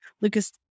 Lucas